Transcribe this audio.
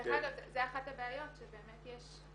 דרך אגב, זו אחת הבעיות שבאמת יש --- אני